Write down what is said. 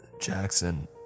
Jackson